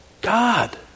God